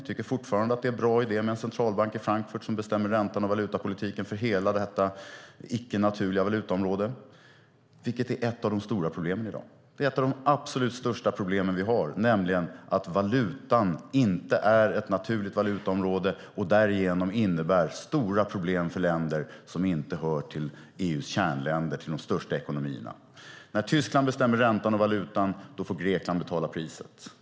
De tycker fortfarande att det är en bra idé med en centralbank i Frankfurt som bestämmer räntan och valutapolitiken för hela detta icke naturliga valutaområde, vilket är ett av de stora problemen i dag. Det är ett av de absolut största problemen vi har, nämligen att det inte är ett naturligt valutaområde. Det innebär stora problem för länder som inte hör till EU:s kärnländer, till de största ekonomierna. När Tyskland bestämmer räntan och valutan får Grekland betala priset.